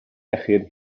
iechyd